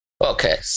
okay